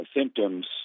symptoms